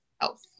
health